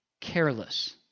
careless